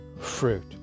fruit